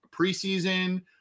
preseason –